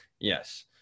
Yes